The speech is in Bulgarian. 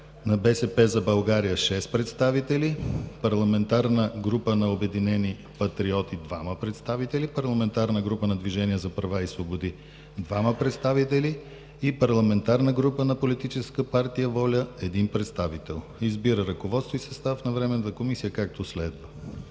на „БСП за България“ – 6 представители, парламентарна група на „Обединени патриоти“ – 2 представители, парламентарна група на „Движение за права и свободи“ – 2 представители и парламентарна група на Политическа партия „Воля“ – 1 представител. 5. Избира ръководство и състав на Временната комисия както следва.“